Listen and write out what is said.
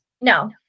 No